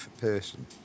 person